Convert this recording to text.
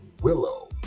Willow